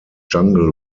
jungle